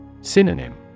Synonym